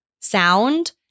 sound